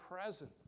present